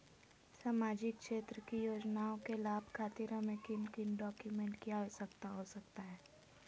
सामाजिक क्षेत्र की योजनाओं के लाभ खातिर हमें किन किन डॉक्यूमेंट की आवश्यकता हो सकता है?